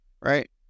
right